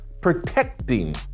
protecting